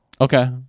Okay